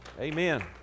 Amen